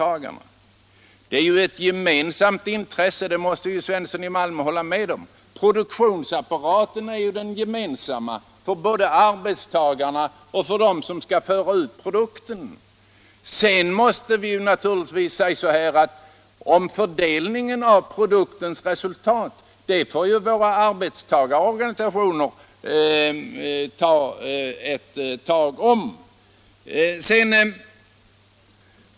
Alla har ju ett gemensamt intresse — det måste herr Svensson i Malmö hålla med om. Produktionsapparaten är gemensam för arbetstagarna och för dem som skall föra ut produkten. Sedan måste vi naturligtvis säga att fördelningen av produktionens resultat får våra arbetstagarorganisationer ta ett: resonemang om.